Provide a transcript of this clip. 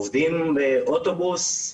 עובדים באוטובוס.